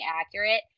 accurate